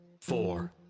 four